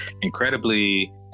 incredibly